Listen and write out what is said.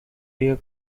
air